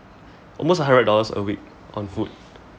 almost a hundred dollars a week on food